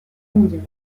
mondiale